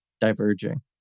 diverging